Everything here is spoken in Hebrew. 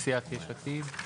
הצבעה בעד 3 נגד 4 ההסתייגויות לא